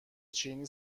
چینی